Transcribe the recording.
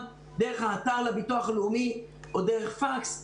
דרך האתר לביטוח לאומי או דרך פקס.